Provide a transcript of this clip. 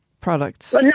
products